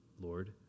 Lord